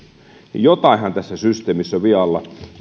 jotainhan tässä systeemissä on vialla